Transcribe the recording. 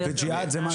ג'יהאד זה משהו אחר,